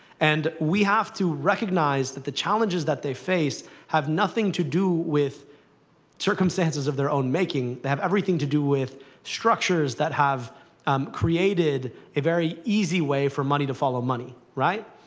and we have to recognize that the challenges that they face have nothing to do with circumstances of their own making. they have everything to do with structures that have um created a very easy way for money to follow money, right.